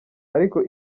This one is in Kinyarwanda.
ariko